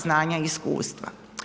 znanja i iskustva.